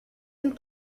and